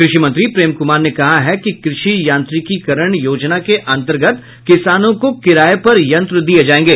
कृषि मंत्री प्रेम कुमार ने कहा है कि कृषि यांत्रिकीकरण योजना के अन्तर्गत किसानों को किराये पर यंत्र दिये जायेंगे